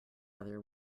other